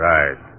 Right